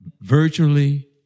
virtually